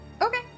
okay